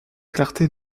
clarté